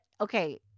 Okay